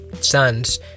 sons